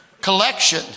collection